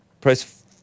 Press